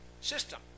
system